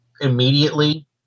immediately